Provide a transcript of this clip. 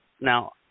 Now